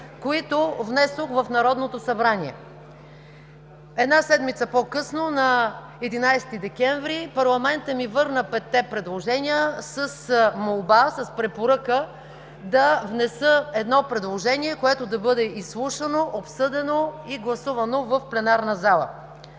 които внесох в Народното събрание. Една седмица по-късно на 11 декември 2015 г., парламентът ми върна петте предложения с препоръка да внеса едно предложение, което да бъде изслушано, обсъдено и гласувано в пленарната зала.